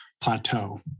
plateau